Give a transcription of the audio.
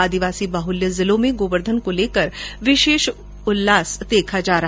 आदिवासी बाहुल्य जिलों में गोवर्धन को लेकर विशेष उल्लास देखा गया